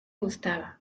gustaba